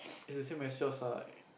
is the same as yours right